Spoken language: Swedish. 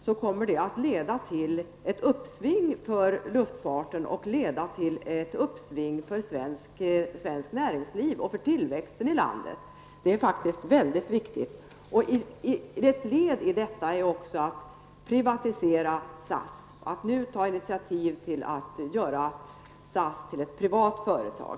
Det kommer att leda till ett uppsving för luftfarten, svenskt näringsliv och tillväxten i landet. Detta är faktiskt mycket viktigt. Ett led i detta är också att privatisera SAS och att nu ta initiativ till att göra SAS till ett privat företag.